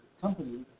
company